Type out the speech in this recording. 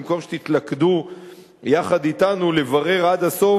במקום שתתלכדו יחד אתנו לברר עד הסוף